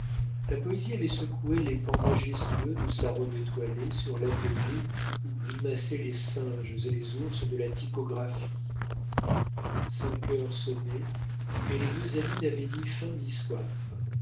la poésie avait secoué les pans majestueux de sa robe étoilée sur l'atelier où grimaçaient les singes et les ours de la typographie cinq heures sonnaient mais les deux amis n'avaient ni faim ni soif